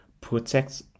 Protect